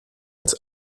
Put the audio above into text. als